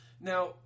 Now